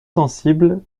sensible